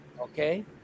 Okay